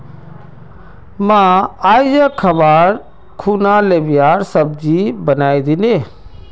मां, आइज खबार खूना लोबियार सब्जी बनइ दे